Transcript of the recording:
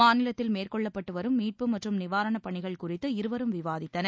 மாநிலத்தில் மேற்கொள்ளப்பட்டு வரும் மீட்பு மற்றும் நிவாரணப்பணிகள் குறித்து இருவரும் விவாதித்தனர்